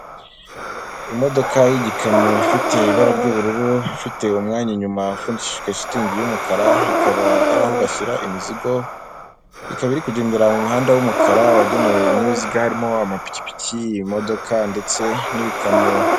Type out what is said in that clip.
Imodoka y'igikamyo ifite ibara ry'ubururu ifite umwanya inyuma hafunshijwe shitingi y'umukara, ikaba aho bashyira imizigo, ikaba iri kugendera mu muhanda w'umukara wagenewe ibinyabiziga harimo amapiki'modoka ndetse n'ibikamyo.